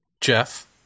Jeff